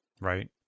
Right